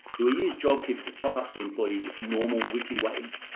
do we use jobkeeper to top up the employees' normal weekly wage,